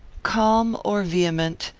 calm or vehement,